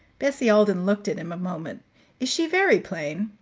bessie alden looked at him a moment. is she very plain?